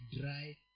dry